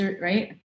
right